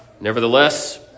Nevertheless